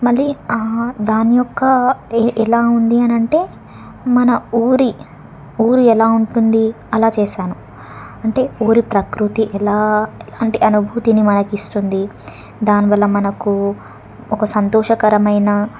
మళ్ళీ దాని యొక్క ఎలా ఎలా ఉంది అని అంటే మన ఊరి ఊరు ఎలా ఉంటుంది అలా చేశాను అంటే ఊరి ప్రకృతి ఎలా అంటే అనుభూతిని మనకి ఇస్తుంది దానివల్ల మనకు ఒక సంతోషకరమైన